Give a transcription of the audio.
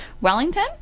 Wellington